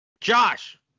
Josh